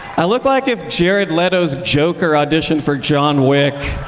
i look like if jared leto's joker auditioned for john wick